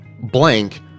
Blank